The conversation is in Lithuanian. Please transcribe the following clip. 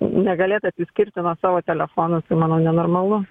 negalėt atsiskirti nuo savo telefono tai manau nenormalu